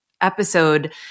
episode